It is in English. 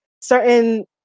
certain